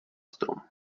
strom